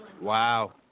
Wow